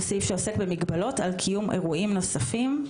הוא סעיף שעוסק במגבלות על קיום אירועים נוספים.